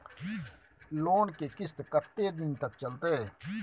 Loan के किस्त कत्ते दिन तक चलते?